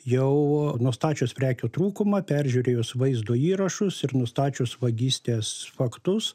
jau nustačius prekių trūkumą peržiūrėjus vaizdo įrašus ir nustačius vagystės faktus